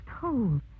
cold